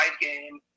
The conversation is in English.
game